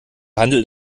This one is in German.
handelt